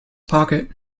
pocket